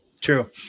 true